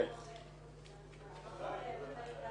יש כאן הגדרה אבל היא באמת רחבה.